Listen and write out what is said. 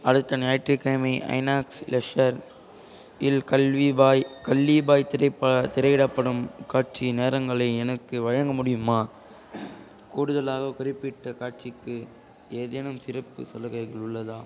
அடுத்த ஞாயிற்றுக்கிழமை ஐநாக்ஸ் லெஷர் இல் கல்வி பாய் கல்லி பாய் திரைப்ப திரையிடப்படும் காட்சி நேரங்களை எனக்கு வழங்க முடியுமா கூடுதலாக குறிப்பிட்ட காட்சிக்கு ஏதேனும் சிறப்பு சலுகைகள் உள்ளதா